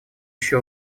еще